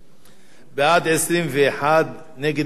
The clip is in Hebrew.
בעד, 21, נגד, נמנעים, אין.